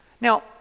Now